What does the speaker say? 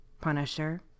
punisher